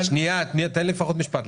נמצא כאן